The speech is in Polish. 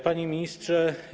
Panie Ministrze!